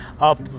up